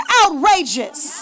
outrageous